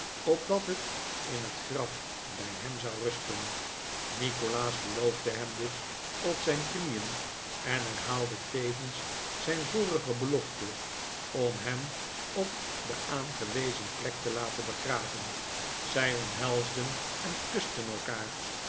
opdat het in het graf bij hem zou rusten nikolaas beloofde hem dit op zijn knieen en herhaalde tevens zijn vorige belofte om hem op de aangewezen plek te laten begraven zij omhelsden en kusten elkaar